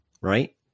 Right